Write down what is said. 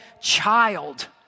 child